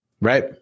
right